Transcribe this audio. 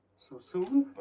so soon?